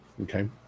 Okay